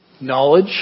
Knowledge